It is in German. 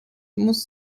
muss